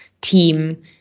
team